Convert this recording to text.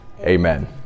Amen